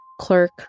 clerk